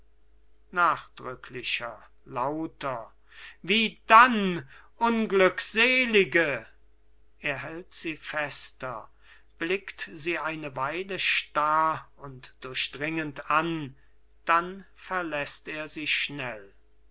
wie dann unglückselige er hält sie fester blickt sie eine weile starr und durchdringend an dann verläßt er sie schnell